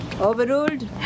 Overruled